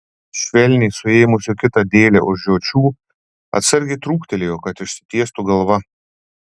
švelniai suėmusi kitą dėlę už žiočių atsargiai trūktelėjo kad išsitiestų galva